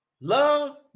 Love